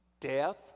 death